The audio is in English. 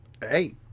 hey